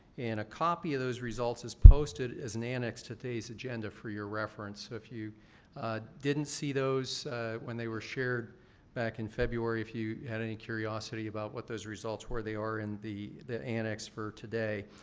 and, a copy of those results is posted as an annex to today's agenda for your reference. so, if you didn't see those when they were shared back in february, if you had any curiosity about what those results were, they are in the the annex for today.